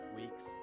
weeks